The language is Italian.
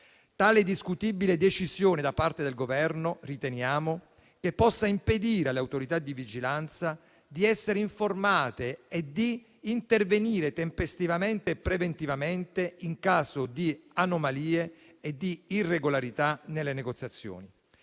Tale discutibile decisione da parte del Governo riteniamo che possa impedire alle autorità di vigilanza di essere informate e di intervenire tempestivamente e preventivamente in caso di anomalie e di irregolarità nelle negoziazioni.